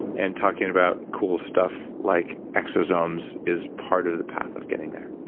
and talking about cool stuff like exosomes is part of the path of getting there